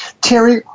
Terry